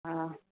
हा